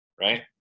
right